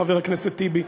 חבר הכנסת טיבי.